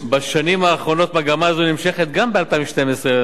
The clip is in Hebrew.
בשנים האחרונות מגמה זו נמשכת, גם ב-2012,